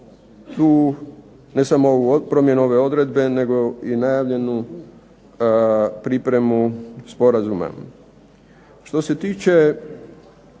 tu ne samo ovu promjenu ove odredbe, nego i najavljenu pripremu sporazuma. Što se tiče